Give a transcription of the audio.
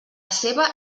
seva